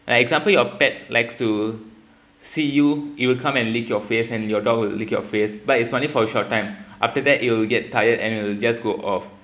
an example your pet likes to see you you will come and lick your face and your dog will lick your face but it's only for a short time after that it'll get tired and it'll just go off